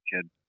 kid